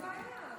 אין בעיה.